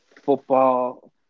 football